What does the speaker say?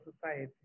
society